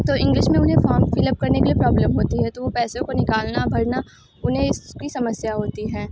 तो इंग्लिश में उन्हे फॉम फिल अप करने के लिए प्रॉब्लम होती है तो वो पैसों को निकालना भरना उन्हें इसकी समस्या होती है